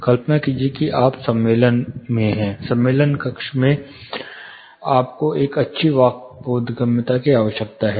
कल्पना कीजिए कि आप सम्मेलन कक्ष में हैं सम्मेलन कक्ष में आपको एक अच्छी वाक् बोधगम्यता की आवश्यकता है